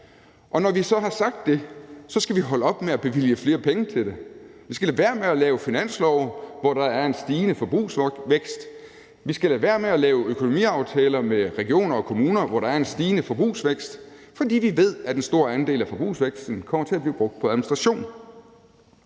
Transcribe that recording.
år. Når vi så har sagt det, skal vi holde op med at bevilge flere penge til det. Vi skal lade være med at lave finanslove, hvor der er en stigende forbrugsvækst, og vi skal lade være med at lave økonomiaftaler med regioner og kommuner, hvor der er en stigende forbrugsvækst. For vi ved, at en stor andel af forbrugsvæksten kommer til at blive brugt på administration.